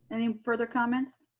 any further comments?